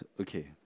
Okay